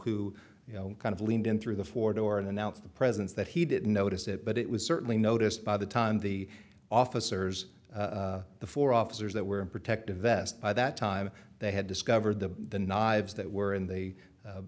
who you know kind of leaned in through the four door in and out of the presence that he didn't notice it but it was certainly noticed by the time the officers the four officers that were in protective vest by that time they had discovered the knives that were in the